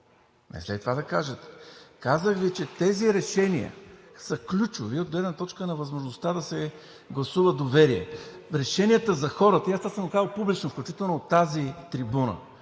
е зле и това да кажете. Казах Ви, че тези решения са ключови от гледна точка на възможността да се гласува доверие. Решенията за хора и, аз това съм го казвал публично, включително от тази трибуна,